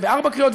בארבע קריאות,